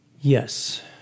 Yes